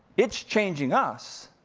it's changing us,